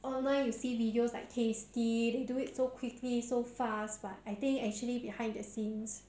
online you see videos like tasty they do it so quickly so fast but I think actually behind the scenes